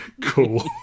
cool